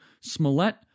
Smollett